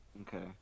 Okay